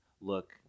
look